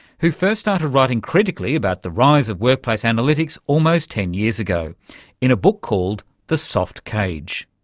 who first started writing critically about the rise of workplace analytics almost ten years ago in a book called the soft cage.